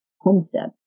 homestead